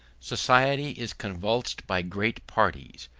society is convulsed by great parties,